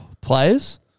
Players